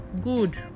good